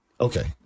Okay